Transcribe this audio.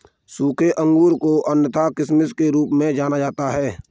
सूखे अंगूर को अन्यथा किशमिश के रूप में जाना जाता है